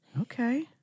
Okay